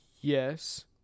Yes